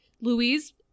Louise